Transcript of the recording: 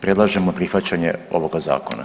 Predlažemo prihvaćanje ovoga zakona.